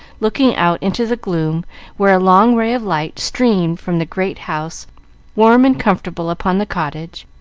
looking out into the gloom where a long ray of light streamed from the great house warm and comfortable upon the cottage,